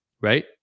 Right